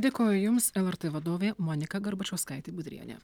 dėkoju jums lrt vadovė monika garbačauskaitė budrienė